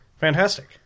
Fantastic